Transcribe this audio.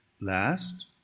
Last